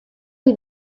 ohi